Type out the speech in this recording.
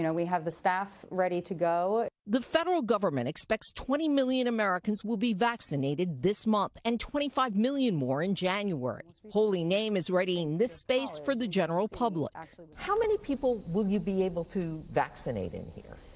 you know we have the staff ready to go. reporter the federal government expects twenty million americans will be vaccinated this month and twenty five million more in january. holy name is readying this space for the general public. how many people will you be able to vaccinate in here?